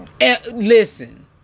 listen